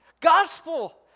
Gospel